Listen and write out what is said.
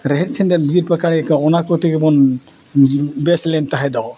ᱨᱮᱦᱮᱫ ᱪᱷᱮᱫᱮᱫ ᱵᱤᱨ ᱯᱟᱠᱟᱲᱤᱠᱚ ᱚᱱᱟ ᱠᱚ ᱛᱮᱜᱮ ᱵᱚᱱ ᱵᱮᱥ ᱞᱮᱱ ᱛᱟᱦᱮᱸ ᱫᱚ